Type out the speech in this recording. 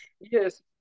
Yes